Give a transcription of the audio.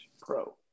Pro